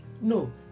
No